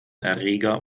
erreger